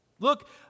Look